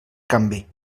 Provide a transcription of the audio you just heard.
canvi